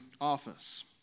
office